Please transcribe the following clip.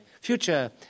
future